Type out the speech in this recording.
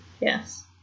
yes